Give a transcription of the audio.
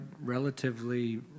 relatively